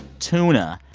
tuna,